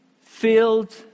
filled